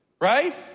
Right